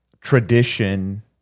tradition